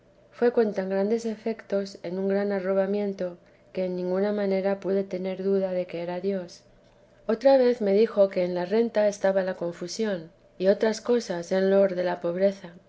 fué con tan grandes efetos en un gran arrobamiento que en ninguna manera pude tener duda de que era dios otra vez me dijo que en la renta estaba la confusión y otras cosas en loor de la pobreza